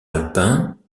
alpin